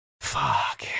Fuck